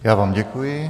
Já vám děkuji.